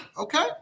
Okay